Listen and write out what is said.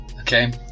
Okay